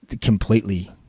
completely